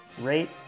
rate